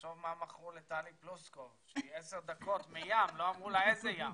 תחשוב מה מכרו לטלי פלוסקוב שהיא 10 דקות מהים ולא אמרו לה איזה ים.